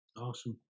Awesome